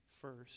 first